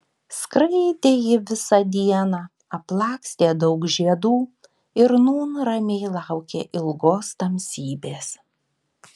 skraidė ji visą dieną aplakstė daug žiedų ir nūn ramiai laukė ilgos tamsybės